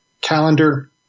calendar